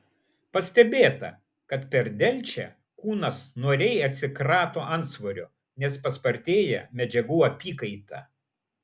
pastebėta kad per delčią kūnas noriai atsikrato antsvorio nes paspartėja medžiagų apykaita